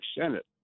Senate